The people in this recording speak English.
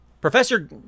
Professor